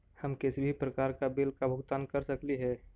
हम किसी भी प्रकार का बिल का भुगतान कर सकली हे?